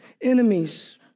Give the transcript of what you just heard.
enemies